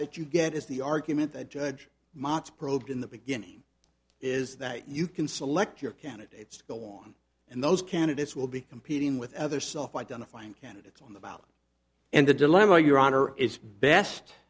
that you get is the argument that judge mots probed in the beginning is that you can select your candidates to go on and those candidates will be competing with other self identifying candidates on the ballot and the dilemma your honor is best